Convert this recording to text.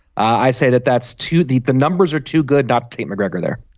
i say that that's too deep the numbers are too good. not team mcgregor they're